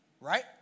right